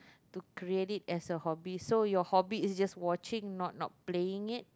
to create it as a hobby so you hobby is just watching not not playing it